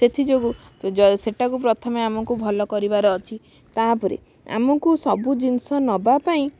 ସେଥିଯୋଗୁଁ ଯ ସେଇଟାକୁ ପ୍ରଥମେ ଆମକୁ ଭଲ କରିବାର ଅଛି ତା ପରେ ଆମକୁ ସବୁ ଜିନିଷ ନେବା ପାଇଁ